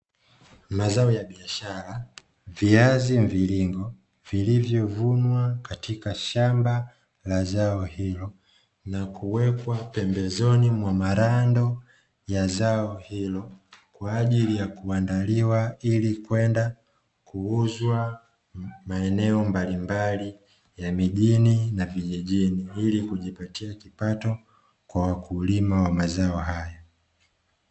Mazao ya biashara ya viazi mviringo, vilivyovunwa katika shamba la zao hilo na kuwekwa pembezoni wa malando ya zao hilo kwaajili ya kuandaliwa, ili kwenda kuuzwa maeneo mbalimbali ya mijini na vijijini ilikujipatia kipato kwa wakulima wa mazao haya.